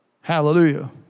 Hallelujah